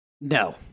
No